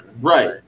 Right